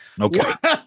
Okay